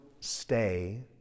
stay